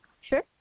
Sure